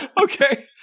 Okay